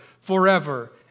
forever